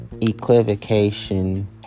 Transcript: equivocation